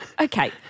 okay